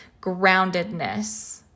groundedness